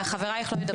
חברייך גם ידברו.